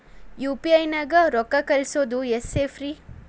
UPI ನ್ಯಾಗ ರೊಕ್ಕ ಕಳಿಸೋದು ಎಷ್ಟ ಸೇಫ್ ರೇ?